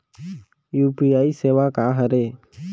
UPI सेवा का हरे?